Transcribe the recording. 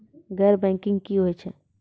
गैर बैंकिंग की होय छै?